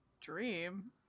Dream